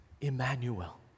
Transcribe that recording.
Emmanuel